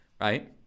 right